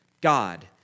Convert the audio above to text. God